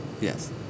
Yes